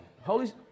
holy